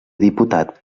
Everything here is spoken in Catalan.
diputat